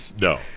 No